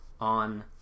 on